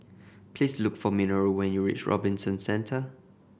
please look for Minoru when you reach Robinson Centre